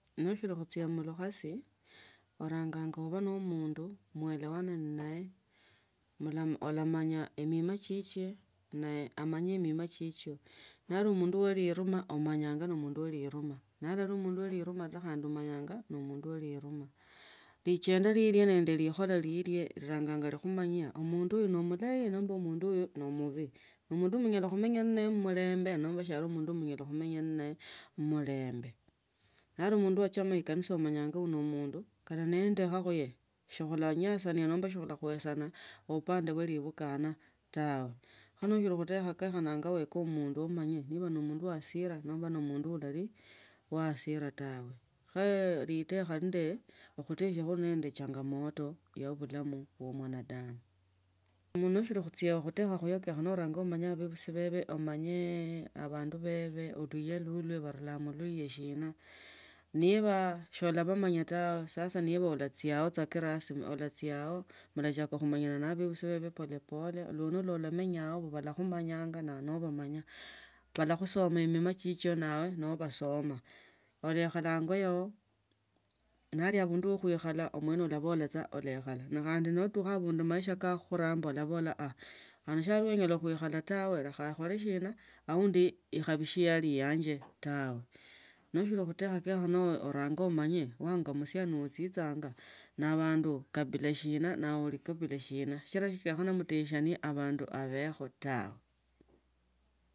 Noshiri khuchia mulukhasi oranyanga aba no omundu muelewane nenaye mala olamanya emi ma chiche naye amanye mimo chicho naba mundu we lirima amanyanga nemundu we lirima nanali mundu we lirima lichende lilye nende likhola lilye liranganga likhumanya umundu huyu ne omulayi nomba amundu huyu no omubii, ne omundu mnyala khumanya ninaye mumelembe nomba shiali mundu mmanya khumenya naye mumelembe. Nari mundu achama ekanisa omanya uno nemundu kata nendekha khuye shikhola liasa nomba sikhulikwesana upande wa libu kana tawe kho no oshili khutesia kenyakhananga umanye ikiwa ne omundu wa hasira nomba ali mundu olarii wa hasira tawe. Khe litekha lile si khutusiana lili na changamoto ya obulamu bwa binadamu. Ne nosili khusia khutekha khuye kenyakhana abebesi bebe omanye abandu bebe liya lilye banila mulaya shina. Niba solawa manya tawe sasa ni wachia kirosmi alachia mlachaka khumenya nendu bebisi bobo polepole luno ulamenyao lulakhumanya nesi nobamamanya balakhwoma mima chicho nawe nobasama. Ole khale ango ayo nerio abundu ba khuikhala neri abundu be khukhala omwene ola bola olekhala. Notukha abundu mmaisha kako bulano olabola sa khandi abwe sonyala. Khukhala ta lekha kholashina aundi ikhabi si yali yanje tawe. Noshili khutekha kenya khunanga umanye wanga musiani ochichanga ni bandu kabila shina. Shichila sekenyekha mutesiani abandi abekhe ta.